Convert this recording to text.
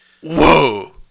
Whoa